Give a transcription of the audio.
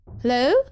Hello